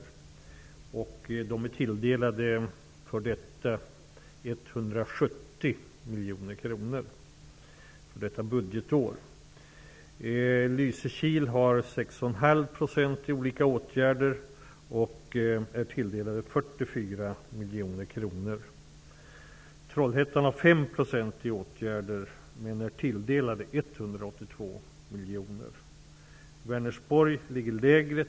Kommunen tilldelas för detta 170 miljoner kronor under budgetåret. I Lysekil finns 44 miljoner kronor. I Trollhättan finns 5 % i åtgärder, men kommunen är tilldelad 182 miljoner. Vänersborg ligger lägre.